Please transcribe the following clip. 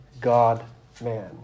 God-Man